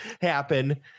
happen